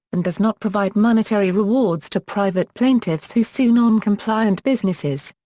and does not provide monetary rewards to private plaintiffs who sue non-compliant businesses.